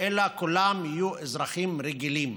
אלא כולם יהיו אזרחים רגילים,